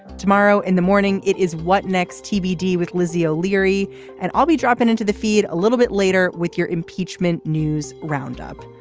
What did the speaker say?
tomorrow in the morning it is what next tbd with lizzie o'leary and i'll be dropping into the feed a little bit later with your impeachment news roundup.